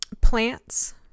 plants